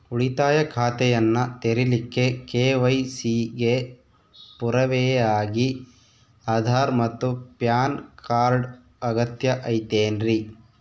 ಉಳಿತಾಯ ಖಾತೆಯನ್ನ ತೆರಿಲಿಕ್ಕೆ ಕೆ.ವೈ.ಸಿ ಗೆ ಪುರಾವೆಯಾಗಿ ಆಧಾರ್ ಮತ್ತು ಪ್ಯಾನ್ ಕಾರ್ಡ್ ಅಗತ್ಯ ಐತೇನ್ರಿ?